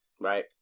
Right